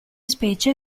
specie